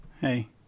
hey